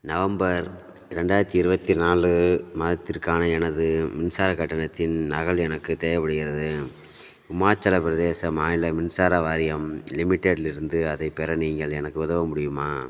November ரெண்டாயிரத்தி இருபத்தி நாலு மாதத்திற்கான எனது மின்சார கட்டணத்தின் நகல் எனக்கு தேவைப்படுகிறது இமாச்சலப் பிரதேச மாநில மின்சார வாரியம் லிமிடெட் இலிருந்து அதை பெற நீங்கள் எனக்கு உதவ முடியுமா